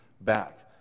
back